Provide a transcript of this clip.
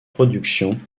production